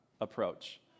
approach